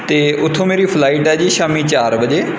ਅਤੇ ਉੱਥੋਂ ਮੇਰੀ ਫਲਾਈਟ ਹੈ ਜੀ ਸ਼ਾਮ ਚਾਰ ਵਜੇ